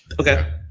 Okay